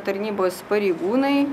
tarnybos pareigūnai